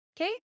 Okay